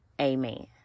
amen